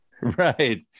Right